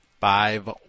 Five